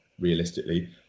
Realistically